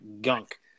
gunk